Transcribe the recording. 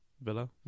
Villa